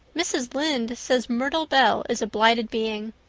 mrs. lynde says myrtle bell is a blighted being.